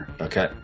Okay